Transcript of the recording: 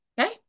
okay